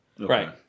Right